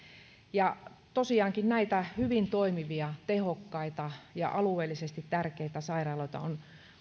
tosiaankin näitä hyvin toimivia tehokkaita ja alueellisesti tärkeitä sairaaloita on